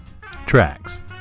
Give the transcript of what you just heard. tracks